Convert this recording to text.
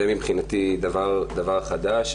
זה מבחינתי דבר חדש,